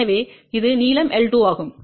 எனவே இது நீளம் L2 ஆகும்